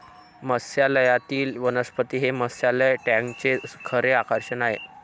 मत्स्यालयातील वनस्पती हे मत्स्यालय टँकचे खरे आकर्षण आहे